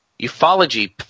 Ufology